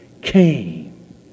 came